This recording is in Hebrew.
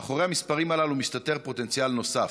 מאחורי המספרים הללו מסתתר פוטנציאל נוסף: